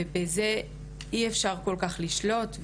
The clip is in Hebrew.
חברי מועצה, ובזה אי אפשר כל כך לשלוט,